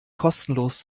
kostenlos